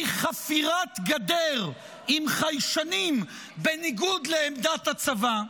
חפירת גדר עם חיישנים בניגוד לעמדת הצבא.